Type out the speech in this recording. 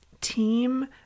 team